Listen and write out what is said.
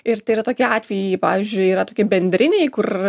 ir tiria tokį atvejį pavyzdžiui yra tokie bendriniai kur